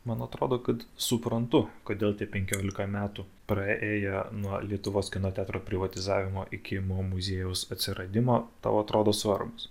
man atrodo kad suprantu kodėl tie penkiolika metų praėję nuo lietuvos kino teatro privatizavimo iki mo muziejaus atsiradimo tau atrodo svarbūs